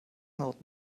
not